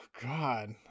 God